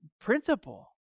principle